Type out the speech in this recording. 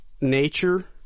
nature